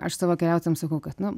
aš savo keliautojam sakau kad nu